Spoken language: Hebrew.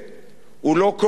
הוא לא קורא להם,